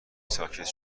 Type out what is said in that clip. ساکت